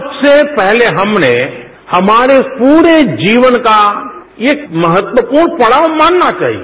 सबसे पहले हमने हमारे पूरे जीवन का एक महत्वपूर्ण पड़ाव मानना चाहिए